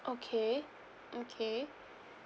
okay okay